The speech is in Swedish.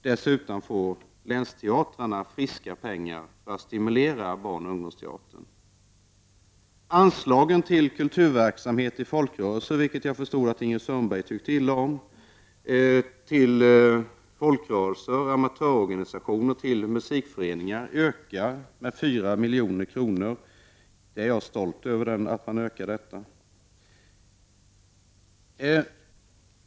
Dessutom får länsteatrarna friska pengar för att stimulera barnoch ungdomsteatern. Anslagen till kulturverksamheten i folkrörelser, amatörorganisationer och till musikföreningar ökar med 4 milj.kr. Jag förstod att Ingrid Sundberg tyckte illa om ökningen av anslaget till folkrörelsernas kulturverksamhet, men jag är stolt över denna ökning.